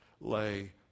lay